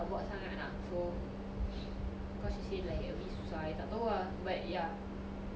hmm then kau often tak tolong dia kat dalam dapur